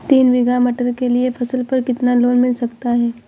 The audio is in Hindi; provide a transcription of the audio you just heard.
तीन बीघा मटर के लिए फसल पर कितना लोन मिल सकता है?